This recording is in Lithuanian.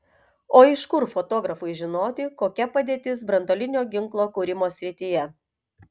o iš kur fotografui žinoti kokia padėtis branduolinio ginklo kūrimo srityje